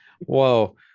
Whoa